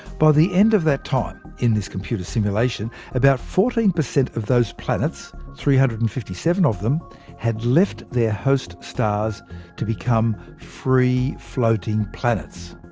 by the end of that time, in this computer simulation, about fourteen percent of those planets three hundred and fifty seven of them had left their host stars to become free-floating planets.